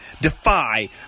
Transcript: Defy